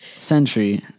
Century